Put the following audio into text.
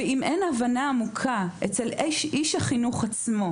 אם אין הבנה עמוקה אצל איש החינוך עצמו,